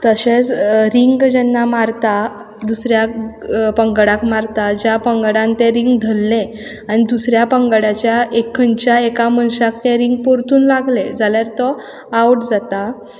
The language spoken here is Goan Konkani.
तशेच रिंग जेन्ना मारता दुसऱ्याक पंगडाक मारता ज्या पंगडान तें रिंग धरलें आनी दुसऱ्या पंगडाचे एक खंयच्याय एका मनशाक तें रिंग परतून लागलें जाल्यार तो आवट जाता